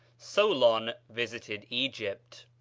solon visited egypt.